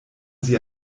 sie